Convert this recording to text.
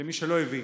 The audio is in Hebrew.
למי שלא הבין: